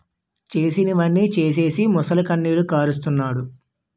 చేసినవన్నీ సేసీసి మొసలికన్నీరు కారస్తన్నాడు